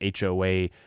HOA